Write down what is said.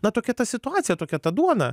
na tokia ta situacija tokia ta duona